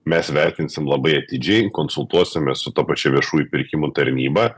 mes vertinsim labai atidžiai konsultuosimės su ta pačia viešųjų pirkimų tarnyba